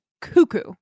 cuckoo